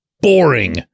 boring